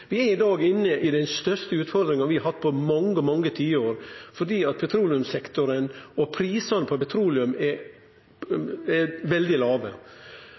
Vi er i dag inne i den største utfordringa vi har hatt på mange, mange tiår, fordi prisane på petroleum er veldig låge. Då er